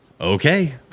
Okay